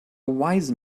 wise